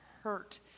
hurt